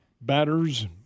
Batters